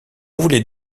voulais